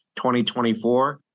2024